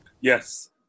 Yes